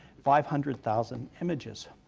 five hundred thousand images